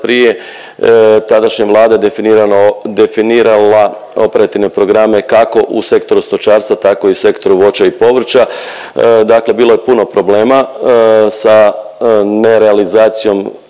prije tadašnje vlade definirano, definirala operativne programe kako u sektoru stočarstva tako i u sektoru voća i povrća, dakle bilo je puno problema sa ne realizacijom